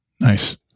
Nice